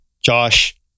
Josh